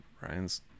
Ryan's